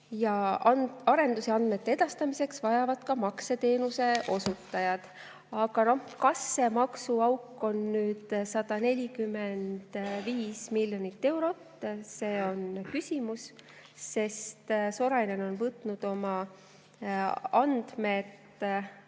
Arendusi andmete edastamiseks vajavad ka makseteenuse osutajad. Aga kas see maksuauk on 145 miljonit eurot? See on küsimus. Sorainen on võtnud oma andmed